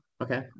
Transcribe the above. Okay